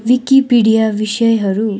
Wikipedia विषयहरू